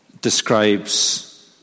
describes